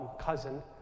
cousin